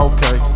Okay